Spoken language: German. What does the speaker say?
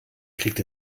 kriegt